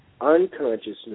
unconsciousness